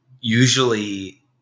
usually